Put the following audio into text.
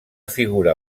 figura